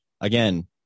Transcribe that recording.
again